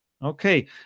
Okay